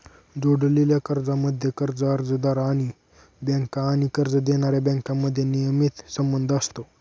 जोडलेल्या कर्जांमध्ये, कर्ज अर्जदार आणि बँका आणि कर्ज देणाऱ्या बँकांमध्ये नियमित संबंध असतो